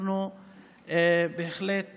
אנחנו בהחלט